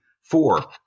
four